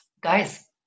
Guys